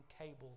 cable